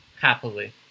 Happily